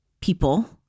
people